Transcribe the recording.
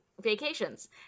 vacations